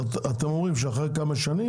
אתם אומרים שאחרי כמה שנים,